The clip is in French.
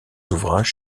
ouvrages